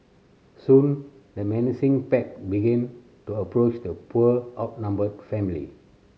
soon the menacing pack begin to approach the poor outnumbered family